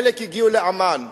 חלק הגיעו לעמאן.